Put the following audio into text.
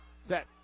Set